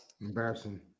embarrassing